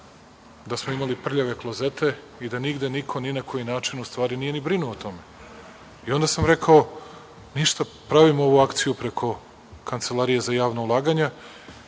da smo imali prljave klozete i da nigde niko ni na koji način u stvari nije ni brinuo o tome. I onda sam rekao – ništa, pravimo ovu akciju preko Kancelarije za javna ulaganja